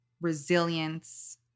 resilience